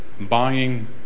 buying